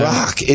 Rock